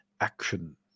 action